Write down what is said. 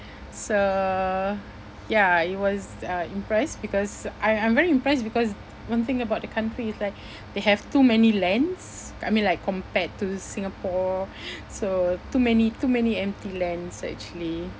so ya it was uh impressed because I I'm very impressed because one thing about the country is like they have too many lands I mean like compared to Singapore so too many too many empty lands actually